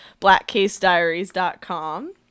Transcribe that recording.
blackcasediaries.com